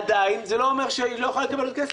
עדיין, זה לא אומר שהיא לא יכולה לקבל עוד כסף.